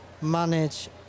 manage